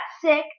sick